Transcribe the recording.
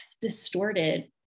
distorted